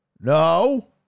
No